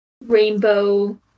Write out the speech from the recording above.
rainbow